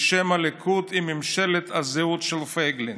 בשם הליכוד, עם מפלגת זהות של פייגלין.